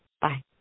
Bye